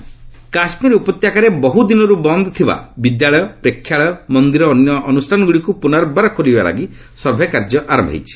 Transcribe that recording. Karnataka MoS home Kashmir ଉପତ୍ୟକାରେ ବହୁଦିନରୁ ବନ୍ଦ ଥିବା ବିଦ୍ୟାଳୟ ପ୍ରେକ୍ଷାଳୟ ମନ୍ଦିର ଓ ଅନ୍ୟ ଅନୁଷାନଗୁଡ଼ିକୁ ପୁନର୍ବାର ଖୋଲିବା ଲାଗି ସର୍ଭେକାର୍ଯ୍ୟ ଆରମ୍ଭ ହୋଇଛି